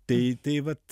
tai tai vat